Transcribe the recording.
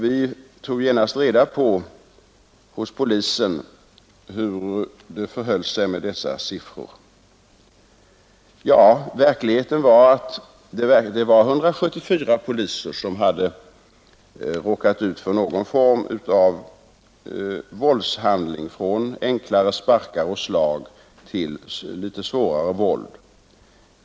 Vi tog genast reda på hos polisen hur det förhöll sig med dessa siffror. Ja, verkligheten var att 174 poliser hade råkat ut för någon form av våldshandling, från enklare sparkar och slag till litet svårare våld.